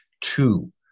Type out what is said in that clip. Two